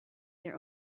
their